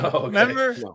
Remember